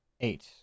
Eight